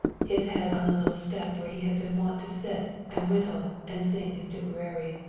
his head on the little step where he had been wont to sit and whittle and sing his tipperaree.